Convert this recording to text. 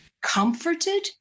comforted